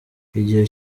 igihe